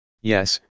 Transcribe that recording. Yes